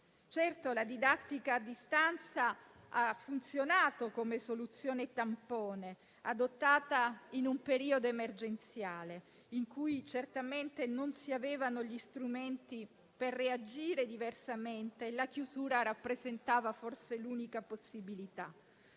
Certo, la didattica a distanza ha funzionato come soluzione tampone, adottata in un periodo emergenziale in cui certamente non si avevano gli strumenti per reagire diversamente e la chiusura rappresentava forse l'unica possibilità.